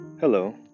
Hello